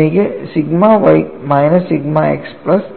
എനിക്ക് sigma y minus sigma x plus